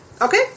Okay